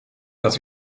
dat